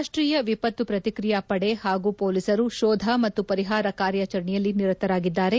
ರಾಷ್ವೀಯ ವಿಪತ್ತು ಪ್ರತಿಕ್ರಿಯಾ ಪಡೆ ಹಾಗೂ ಪೊಲೀಸರು ಶೋಧ ಮತ್ತು ಪರಿಹಾರ ಕಾರ್ಯಾಚರಣೆಯಲ್ಲಿ ನಿರತರಾಗಿದ್ದಾರೆ